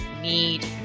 need